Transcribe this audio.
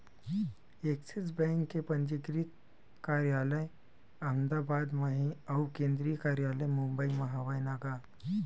Axis Bank के पंजीकृत कारयालय अहमदाबाद म हे अउ केंद्रीय कारयालय मुबई म हवय न गा